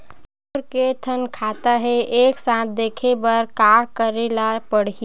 मोर के थन खाता हे एक साथ देखे बार का करेला पढ़ही?